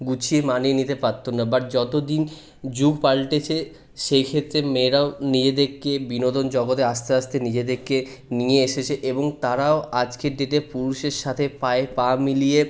গুছিয়ে মানিয়ে নিতে পারত না বাট যতদিন যুগ পালটেছে সেইক্ষেত্রে মেয়েরাও নিজেদেরকে বিনোদন জগতে আস্তে আস্তে নিজেদেরকে নিয়ে এসেছে এবং তারাও আজকের ডেটে পুরুষের সাথে পায়ে পা মিলিয়ে